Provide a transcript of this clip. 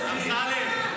אמסלם.